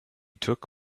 took